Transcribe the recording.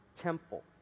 temple